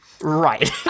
Right